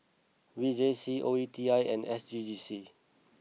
V J C O E T I and S G G C